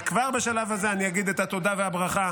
וכבר בשלב הזה אני אגיד את התודה והברכה